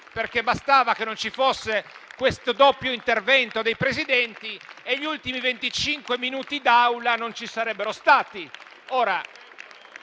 Bastava che non ci fosse questo doppio intervento dei Presidenti e gli ultimi venticinque minuti di Aula non ci sarebbero stati.